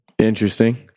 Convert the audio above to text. Interesting